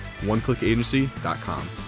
OneClickAgency.com